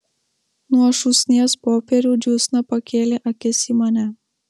nuo šūsnies popierių džiūsna pakėlė akis į mane